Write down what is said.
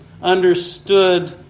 understood